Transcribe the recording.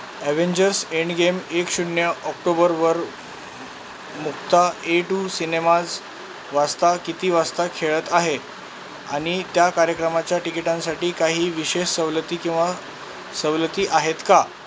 Avengers Endgame एक शून्य ऑक्टोबरवर मुक्ता ए टू सिनेमाज वाजता किती वाजता खेळत आहे आणि त्या कार्यक्रमाच्या टिकीटांसाठी काही विशेष सवलती किंवा सवलती आहेत का